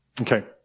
Okay